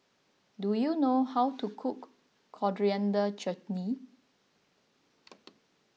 do you know how to cook Coriander Chutney